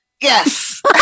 Yes